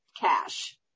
cash